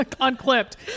unclipped